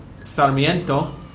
Sarmiento